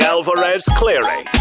Alvarez-Cleary